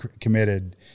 committed